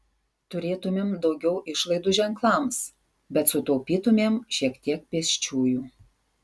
turėtumėm daugiau išlaidų ženklams bet sutaupytumėm šiek tiek pėsčiųjų